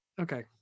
okay